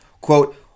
Quote